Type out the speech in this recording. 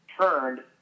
turned